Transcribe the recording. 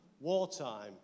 wartime